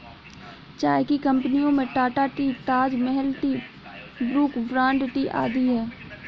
चाय की कंपनियों में Tata tea, Taj Mahal tea, Brooke Bond tea आदि है